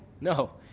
No